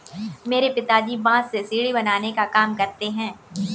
मेरे पिताजी बांस से सीढ़ी बनाने का काम करते हैं